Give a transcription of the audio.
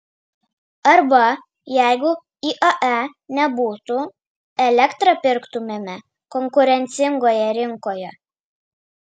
arba jeigu iae nebūtų elektrą pirktumėme konkurencingoje rinkoje